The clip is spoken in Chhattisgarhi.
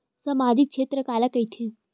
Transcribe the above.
सामजिक क्षेत्र काला कइथे?